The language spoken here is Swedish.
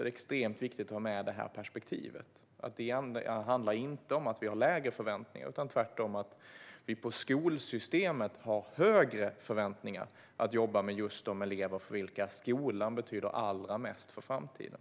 Det handlar inte om att vi har lägre förväntningar utan tvärtom om att vi har högre förväntningar på skolsystemet att jobba med just de elever för vilka skolan betyder allra mest inför framtiden.